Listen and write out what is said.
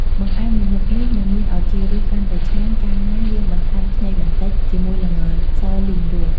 បង្អែមមួយមុខនេះនឹងមានឱ្យជារសកាន់តែឆ្ងាញ់ កាលណាយើងបន្ថែមខ្ញីបន្តិច ជាមួយល្ងសលីងរួច។